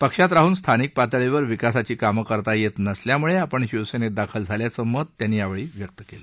पक्षात राहून स्थानिक पातळीवर विकासाची कामे करता येत नसल्यानं आपण शिवसेनेत दाखल झाल्याचं मत त्यांनी व्यक्त केलं